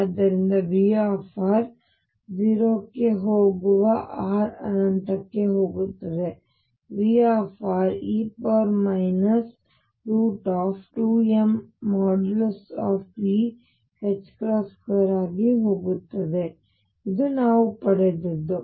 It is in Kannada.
ಆದ್ದರಿಂದ V 0 ಗೆ ಹೋಗುವ r ಅನಂತಕ್ಕೆ ಹೋಗುತ್ತದೆ V e 2mE2r ಆಗಿ ಹೋಗುತ್ತದೆ ಇದು ನಾವು ಪಡೆದದ್ದು